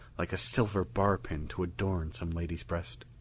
like a silver barpin to adorn some lady's breast.